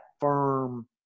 firm